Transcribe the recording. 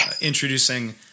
introducing